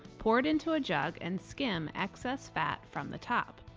pour it into a jug and skim excess fat from the top.